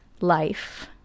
life